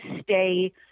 stay